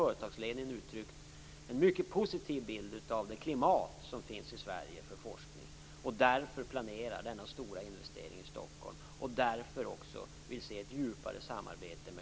Företagsledningen har snarare uttryck en mycket positiv bild av Sveriges forskningsklimat. Därför planeras denna stora investering i Stockholm. Därför ser vi också att det blir ett djupare samarbete med